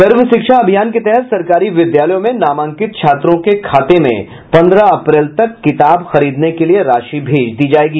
सर्वशिक्षा अभियान के तहत सरकारी विद्यालयों में नामांकित छात्रों के खाते में पंद्रह अप्रैल तक किताब खरीदने के लिये राशि भेज दी जायेगी